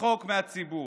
צחוק מהציבור,